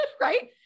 Right